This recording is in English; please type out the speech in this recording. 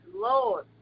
Lord